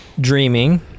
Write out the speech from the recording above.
Dreaming